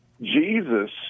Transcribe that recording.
Jesus